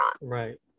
Right